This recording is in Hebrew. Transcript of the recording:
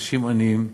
אנשים עניים,